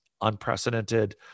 unprecedented